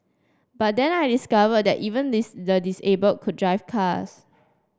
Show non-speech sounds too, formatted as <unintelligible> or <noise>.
but then I discovered that even <unintelligible> the disable could drive cars